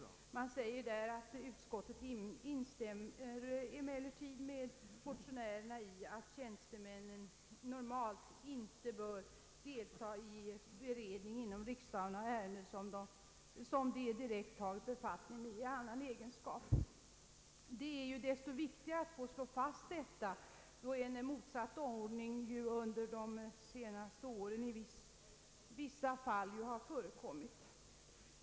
Utskottet säger på denna punkt: ”Utskottet instämmer emellertid med motionärerna i att tjänstemännen normalt inte bör delta i beredningen inom riksdagen av ärenden som de direkt tagit befattning med i annan egenskap.” Det är desto viktigare att slå fast detta, då en motsatt ordning under de senaste åren i vissa fall förekommit.